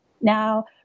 Now